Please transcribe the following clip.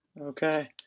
Okay